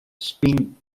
spin